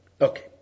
Okay